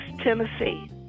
Tennessee